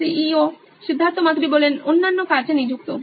Siddharth Maturi C E O নোইন electronics অন্যান্য কাজে নিযুক্ত